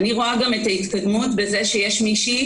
אני רואה גם התקדמות בזה שיש מישהי